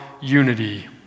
unity